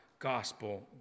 gospel